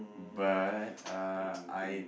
but uh I